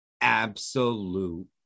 Absolute